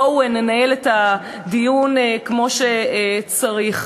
בואו ננהל את הדיון כמו שצריך.